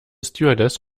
stewardess